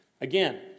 Again